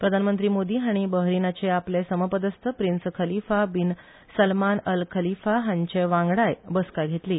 प्रधानमंत्री मोदी हाणी बहरीनाचे आपले समपदस्त prince Khalifa bin Salman Al Khalifa हांचे वांगडाय बसका घेतली